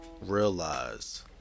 Realize